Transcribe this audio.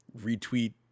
retweet